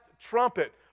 trumpet